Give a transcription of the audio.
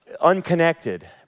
unconnected